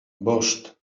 bost